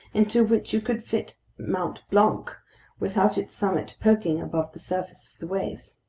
into which you could fit mt. blanc without its summit poking above the surface of the waves.